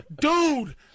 dude